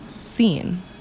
seen